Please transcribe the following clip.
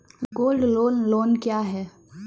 Gold loan loan क्या हैं?